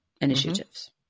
initiatives